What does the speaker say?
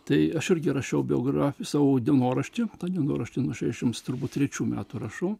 tai aš irgi rašiau biografijų savo dienoraštį tą dienoraštį nuo šešiasdešims turbūt trečių metų rašau